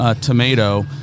tomato